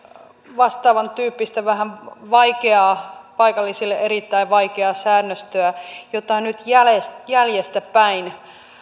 vastaavan tyyppistä vähän vaikeaa paikallisille erittäin vaikeaa säännöstöä jota nyt jäljestäpäin jäljestäpäin